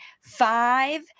five